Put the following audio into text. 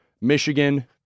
Michigan